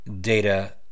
data